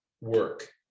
work